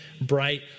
bright